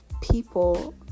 people